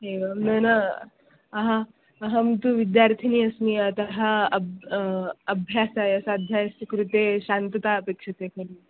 एवं न न अहम् अहं तु विद्यार्थिनी अस्मि अतः अब् अभ्यासाय स्वाध्यायस्य कृते शान्तता अपेक्षते खलु